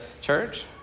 church